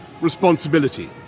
responsibility